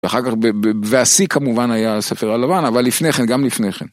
ואחר כך ב...ב... והשיא כמובן היה הספר הלבן, אבל לפני כן, גם לפני כן.